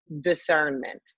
discernment